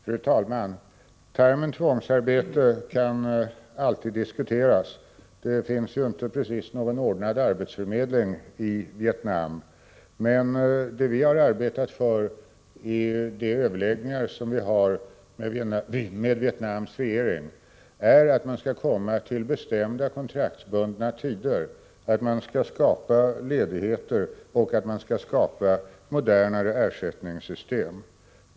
Fru talman! Termen tvångsarbete kan alltid diskuteras. Det finns ju inte precis någon ordnad arbetsförmedling i Vietnam. Det vi har arbetat för i överläggningarna med Vietnams regering är att man skall komma fram till bestämda, kontraktsbundna tider, ordna ledigheter och skapa modernare ersättningssystem.